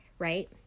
Right